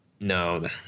No